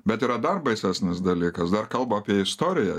bet yra dar baisesnis dalykas dar kalba apie istoriją